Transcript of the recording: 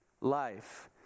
life